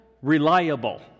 Reliable